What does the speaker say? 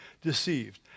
deceived